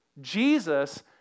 Jesus